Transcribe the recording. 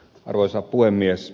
arvoisa puhemies